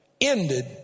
ended